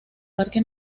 parque